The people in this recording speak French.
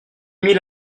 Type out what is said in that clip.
mille